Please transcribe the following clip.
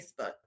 Facebook